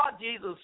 Jesus